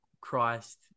christ